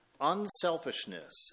Unselfishness